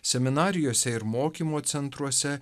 seminarijose ir mokymo centruose